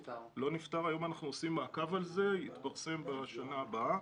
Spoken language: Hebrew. היום אנחנו עושים מעקב על זה, יתפרסם בשנה הבאה.